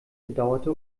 bedauerte